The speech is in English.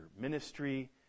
ministry